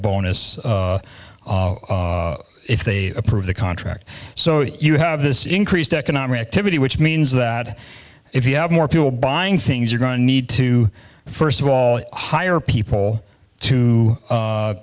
bonus if they approve the contract so you have this increased economic activity which means that if you have more people buying things are going to need to first of all hire people to